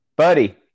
Buddy